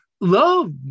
Love